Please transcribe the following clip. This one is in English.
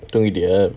தூங்கினா:thoonginiya